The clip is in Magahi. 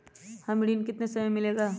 यह ऋण कितने समय मे मिलेगा?